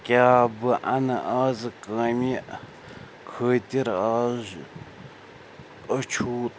کیاہ بہٕ اَنہٕ آز کامہِ خٲطر آز أچھوٗت